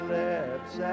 lips